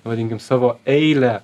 vadinkim savo eilę